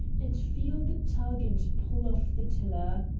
and feel the tug and pull of the tiller.